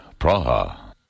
Praha